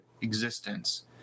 existence